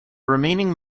remaining